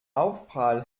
aufprall